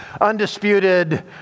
undisputed